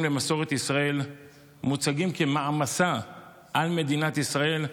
למסורת ישראל מוצגים כמעמסה על מדינת ישראל,